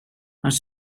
hans